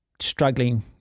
struggling